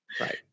Right